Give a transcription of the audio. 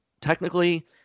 technically